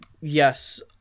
yes